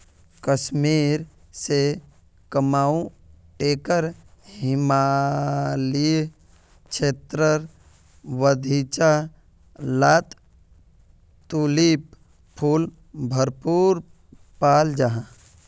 कश्मीर से कुमाऊं टेकर हिमालयी क्षेत्रेर बघिचा लात तुलिप फुल भरपूर पाल जाहा